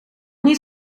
niet